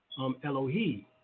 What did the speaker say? Elohi